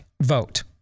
vote